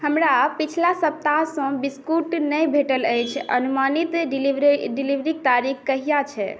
हमरा पछिला सप्ताहसँ बिस्कुट नहि भेटल अछि अनुमानित डिलीवरीक तारीख कहिया छै